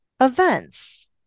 events